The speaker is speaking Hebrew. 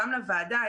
גם לוועדה,